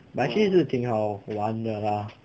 but actually 是挺好玩的啦